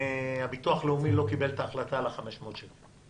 הביטוח הלאומי לא קיבל את ההחלטה על ה-500 שקלים.